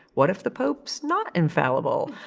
what if the pope is not infallible?